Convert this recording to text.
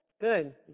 Good